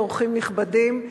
אורחים נכבדים,